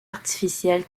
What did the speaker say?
artificielle